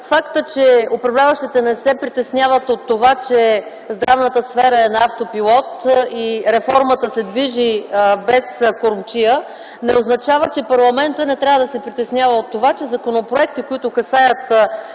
Фактът, че управляващите не се притесняват от това, че здравната сфера е на автопилот и реформата се движи без кормчия, не означава, че парламентът не трябва да се притеснява от това, че законопроекти, касаещи